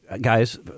guys